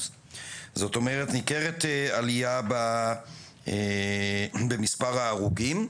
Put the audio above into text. ניכרת עלייה במספר ההרוגים.